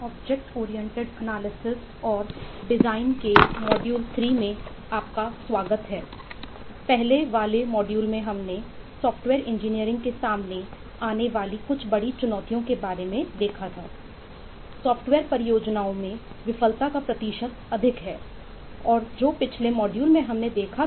object oriented analysis के सामने आने वाली कुछ बड़ी चुनौतियों के बारे में देखा